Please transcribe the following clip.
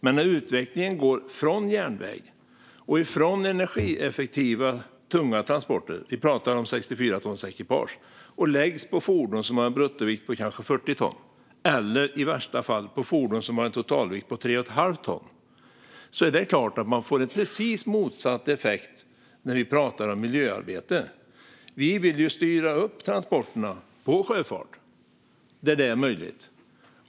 Men när godstransporter flyttas bort från järnväg och från energieffektiva tunga transportslag som 64-tonsekipage och i stället läggs på fordon med en bruttovikt på kanske 40 ton eller i värsta fall på fordon som har en totalvikt på 3,5 ton är det klart att man får en precis motsatt effekt om man ser till miljöarbetet. Vi vill flytta över transporterna till sjöfart där det är möjligt.